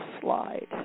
slide